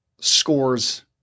scores